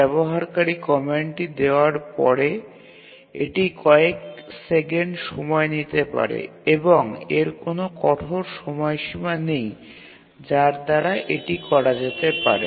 ব্যবহারকারী কমান্ডটি দেওয়ার পরে এটি কয়েক সেকেন্ড সময় নিতে পারে এবং এর কোনও কঠোর সময়সীমা নেই যার দ্বারা এটি করা যেতে পারে